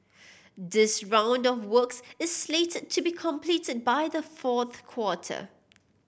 this round of works is slated to be completed by the fourth quarter